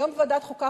היום בוועדת החוקה,